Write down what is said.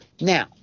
now